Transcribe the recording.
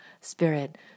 spirit